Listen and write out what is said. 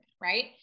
Right